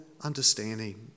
understanding